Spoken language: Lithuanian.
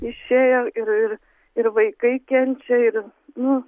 išėjo ir ir ir vaikai kenčia ir nu